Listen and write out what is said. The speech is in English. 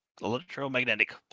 electromagnetic